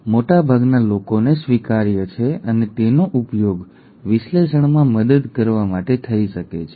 તે એ છે કે તે મોટાભાગના લોકોને સ્વીકાર્ય છે અને તેનો ઉપયોગ વિશ્લેષણમાં મદદ કરવા માટે થઈ શકે છે